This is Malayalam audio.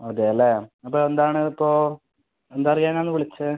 അതെ അല്ലേ അപ്പോൾ എന്താണ് ഇപ്പോൾ എന്ത് അറിയാൻ ആണ് വിളിച്ചത്